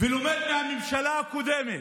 ולומד מהממשלה הקודמת,